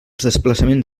desplaçament